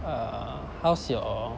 err how's your